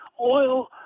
oil